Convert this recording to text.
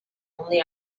only